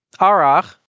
Arach